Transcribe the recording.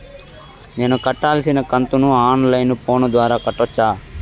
నేను కట్టాల్సిన కంతును ఆన్ లైను ఫోను ద్వారా కట్టొచ్చా?